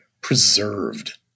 preserved